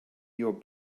your